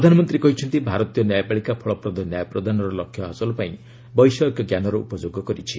ପ୍ରଧାନମନ୍ତ୍ରୀ କହିଛନ୍ତି ଭାରତୀୟ ନ୍ୟାୟପାଳିକା ଫଳପ୍ରଦ ନ୍ୟାୟ ପ୍ରଦାନର ଲକ୍ଷ୍ୟ ହାସଲ ପାଇଁ ବୈଷୟିକ ଜ୍ଞାନର ଉପଯୋଗ କରିଛି